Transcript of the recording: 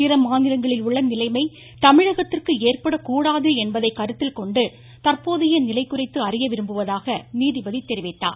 பிற மாநிலங்களில் உள்ள நிலைமை தமிழகத்திற்கு ஏற்படக்கூடாது என்பதை கருத்தில் கொண்டு தற்போதைய நிலை குறித்து அறிய விரும்புவதாக நீதிபதி தெரிவித்தார்